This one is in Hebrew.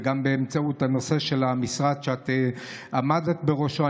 וגם באמצעות המשרד שאת עמדת בראשו.